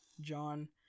John